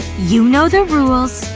you know the rules.